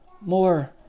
more